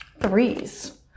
threes